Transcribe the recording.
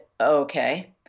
Okay